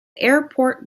airport